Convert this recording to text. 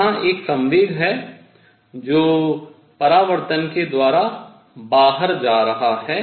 यहाँ एक संवेग है जो परावर्तन के द्वारा बाहर जा रहा है